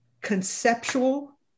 conceptual